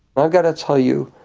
i've got to tell you,